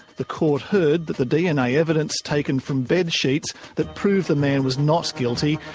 the court heard that the dna evidence taken from bed sheets that prove the man was not guilty,